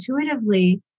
intuitively